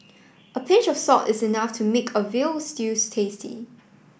a pinch of salt is enough to make a veal stews tasty